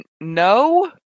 no